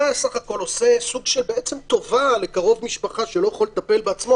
אתה בסך הכול עושה סוג של טובה לקרוב משפחה שלא יכול לטפל בעצמו,